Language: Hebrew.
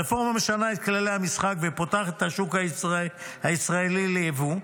הרפורמה משנה את כללי המשחק ופותחת את השוק הישראלי לייבוא,